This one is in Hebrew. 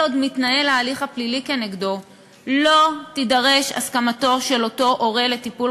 כל עוד מתנהל ההליך הפלילי כנגדו לא תידרש הסכמתו של אותו הורה לטיפול